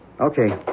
Okay